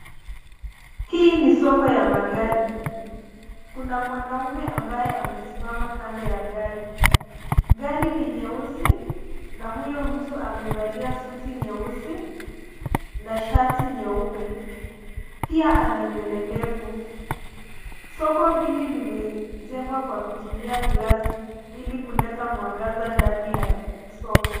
Hii ni soko ya magari. Kuna mwanamume ambaye amesimama kando ya gari. Gari ni nyeusi, na huyo mtu amevalia suti nyeusi, na shati nyeupe. Pia ana nywele ndefu. Soko hili limejengwa kwa kutumia glasi, ili kuleta mwangaza ndani ya soko.